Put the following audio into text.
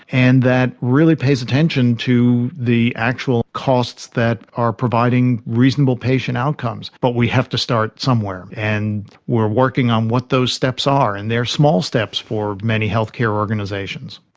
and that really pays attention to the actual costs that are providing reasonable patient outcomes. but we have to start somewhere, and we are working on what those steps are, and they are small steps for many healthcare organisations.